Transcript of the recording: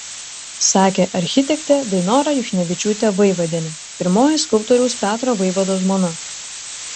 sakė architektė dainora juchnevičiūtė vaivadienė pirmoji skulptoriaus petro vaivados žmona